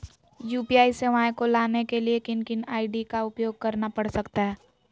UPI सेवाएं को लाने के लिए किन किन आई.डी का उपयोग करना पड़ सकता है?